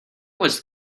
was